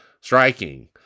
striking